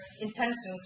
intentions